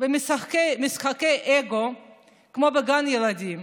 ומשחקי אגו כמו בגן ילדים,